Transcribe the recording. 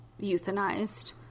euthanized